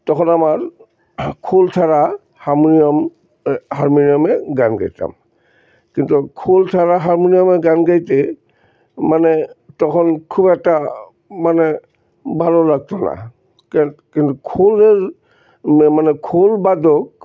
তখন আমার খোল ছাড়া হারমোনিয়াম হারমোনিয়ামে গান গাইতাম কিন্তু খোল ছাড়া হারমোনিয়ামে গান গাইতে মানে তখন খুব একটা মানে ভালো লাগতো না ক কিন্তু খোলের মানে খোল বাদক